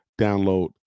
Download